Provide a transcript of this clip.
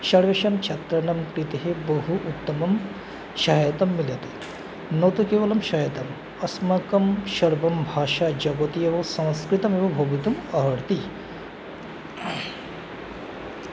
सर्वेषां छात्राणां कृतेः बहु उत्तमं सहायता मिलति न तु केवलं सहायतम् अस्माकं सर्वं भाषा जगति एव संस्कृतमेव भवितुम् अर्हति